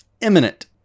Imminent